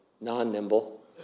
non-nimble